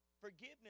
Forgiveness